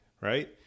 right